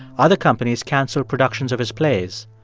other companies canceled productions of his plays.